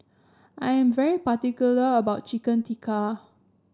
I am very particular about Chicken Tikka